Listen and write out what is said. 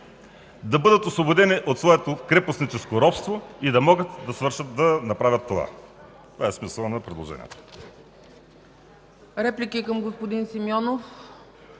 да бъдат освободени от своето крепостническо робство и да могат да направят това. Това е смисълът на предложението.